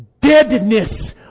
deadness